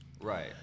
Right